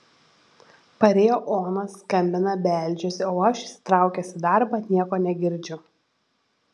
parėjo ona skambina beldžiasi o aš įsitraukęs į darbą nieko negirdžiu